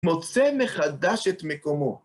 מוצא מחדש את מקומו.